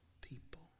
people